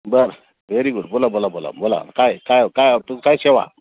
बरं very good बोला बोला बोला बोला काय काय काय तू काय सेवा